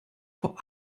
vor